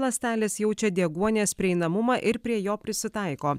ląstelės jaučia deguonies prieinamumą ir prie jo prisitaiko